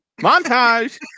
Montage